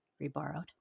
reborrowed